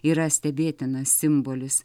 yra stebėtinas simbolis